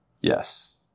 Yes